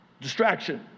distraction